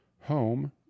Home